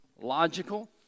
Logical